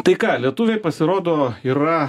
tai ką lietuviai pasirodo yra